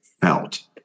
felt